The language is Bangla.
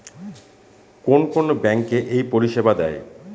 কোন কোন ব্যাঙ্ক এই পরিষেবা দেয়?